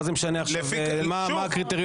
מה זה משנה עכשיו מה הקריטריונים?